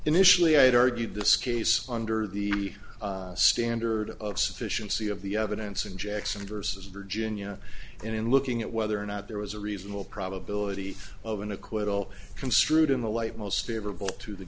initially i had argued this case under the standard of sufficiency of the evidence in jackson versus virginia in looking at whether or not there was a reasonable probability of an acquittal construed in the light most favorable to the